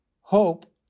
Hope